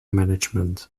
management